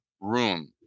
room